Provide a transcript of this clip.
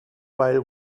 while